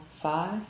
five